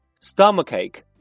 stomachache